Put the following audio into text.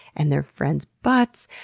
and their friends' butts.